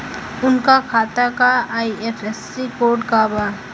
उनका खाता का आई.एफ.एस.सी कोड का बा?